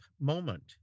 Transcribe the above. moment